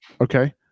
okay